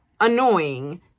annoying